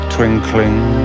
twinkling